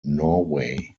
norway